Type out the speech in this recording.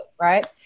right